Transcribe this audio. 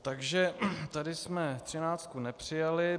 Takže tady jsme 13 nepřijali.